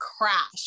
crash